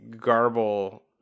garble-